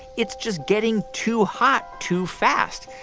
it's just getting too hot too fast.